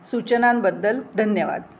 सूचनांबद्दल धन्यवाद